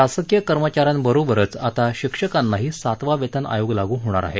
शासकीय कर्मचा यांबरोबरच आता शिक्षकांनाही सातवा वेतन आयोग लागू होणार आहे